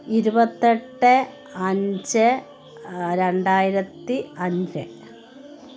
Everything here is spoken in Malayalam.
ഇരുപത്തെട്ട് അഞ്ച് രണ്ടായിരത്തി അഞ്ച്